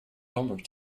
homework